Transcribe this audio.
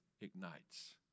ignites